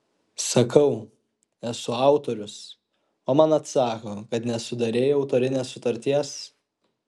sakau esu autorius o man atsako kad nesudarei autorinės sutarties